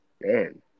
man